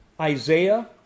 Isaiah